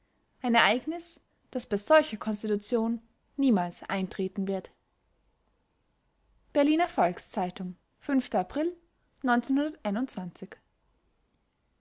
ein ereignis das bei solcher konstitution niemals eintreten wird berliner volks-zeitung april